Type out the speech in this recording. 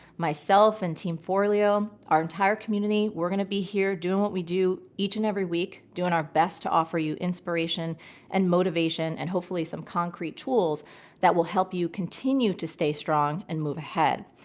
myself and team forleo, our entire community, we're going to be here doing what we do each and every week, doing our best to offer you inspiration and motivation and hopefully some concrete tools that will help you continue to stay strong and move ahead.